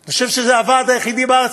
אני חושב שזה הוועד היחיד בארץ,